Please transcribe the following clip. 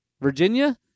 Virginia